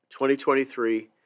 2023